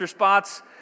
Spots